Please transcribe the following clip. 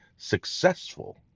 successful